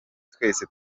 twese